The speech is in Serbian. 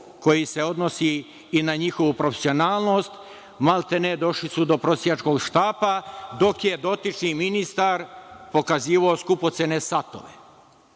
koji se odnosi i na njihovu profesionalnost, maltene su došli do prosjačkog štapa, dok je dotični ministar pokazivao skupocene satove.